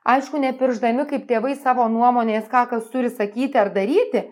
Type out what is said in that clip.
aišku nepiršdami kaip tėvai savo nuomonės ką kas turi sakyti ar daryti